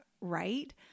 right